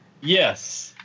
yes